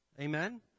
Amen